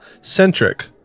centric